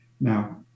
Now